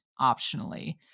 optionally